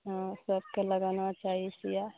हँ सबके लगाना चाही सुइया